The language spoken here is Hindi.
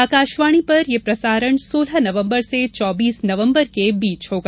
आकाशवाणी पर यह प्रसारण सोलह नवम्बर से चौबीस नवंबर के बीच होगा